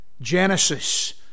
Genesis